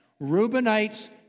Reubenites